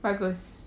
bagus